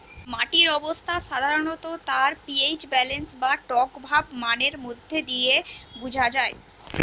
মাটির অবস্থা সাধারণত তার পি.এইচ ব্যালেন্স বা টকভাব মানের মধ্যে দিয়ে বুঝা যায়